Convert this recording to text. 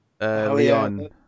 Leon